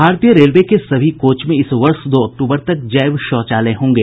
भारतीय रेलवे के सभी कोच में इस वर्ष दो अक्तूबर तक जैव शौचालय होंगे